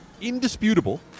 indisputable